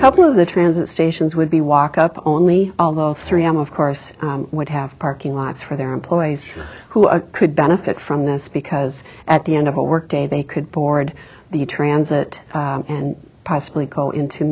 couple of the transit stations would be walk up only although three m of course would have parking lots for their employees who could benefit from this because at the end of a workday they could board the transit and possibly go into